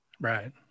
Right